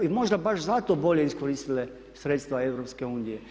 I možda baš zato bolje iskoristile sredstva EU.